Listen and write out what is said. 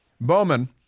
Bowman